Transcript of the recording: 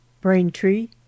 Braintree